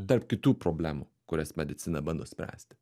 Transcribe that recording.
tarp kitų problemų kurias medicina bando spręsti